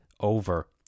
over